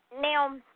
Now